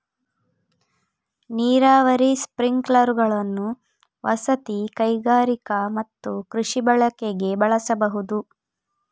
ನೀರಾವರಿ ಸ್ಪ್ರಿಂಕ್ಲರುಗಳನ್ನು ವಸತಿ, ಕೈಗಾರಿಕಾ ಮತ್ತು ಕೃಷಿ ಬಳಕೆಗೆ ಬಳಸಬಹುದು